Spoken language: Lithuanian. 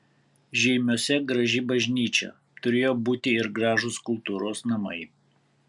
žeimiuose graži bažnyčia turėjo būti ir gražūs kultūros namai